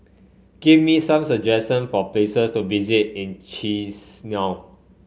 give me some suggestion for places to visit in Chisinau